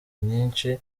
myinshi